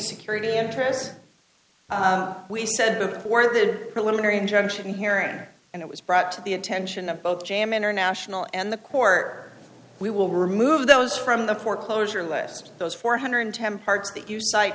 security interests we said before the preliminary injunction here and it was brought to the attention of both jam international and the court we will remove those from the foreclosure list those four hundred and ten dollars parts that you